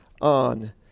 on